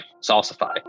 Salsify